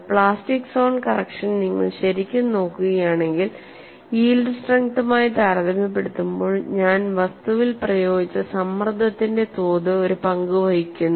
plastic zone correction നിങ്ങൾ ശരിക്കും നോക്കുകയാണെങ്കിൽ യീൽഡ് സ്ട്രെങ്തുമായി താരതമ്യപ്പെടുത്തുമ്പോൾ ഞാൻ വസ്തുവിൽ പ്രയോഗിച്ച സമ്മർദ്ദത്തിന്റെ തോത് ഒരു പങ്കു വഹിക്കുന്നു